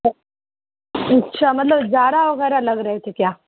اچھا مطلب جاڑہ وغیرہ لگ رہا تھا کیا